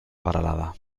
peralada